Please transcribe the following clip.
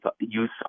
Use